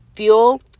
fuel